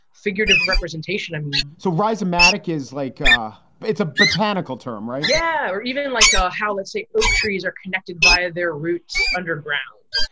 figurative representation, and so riza matic is like it's a botanical term, right? yeah. or even like ah how let's say oak trees are connected via their roots underground,